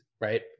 Right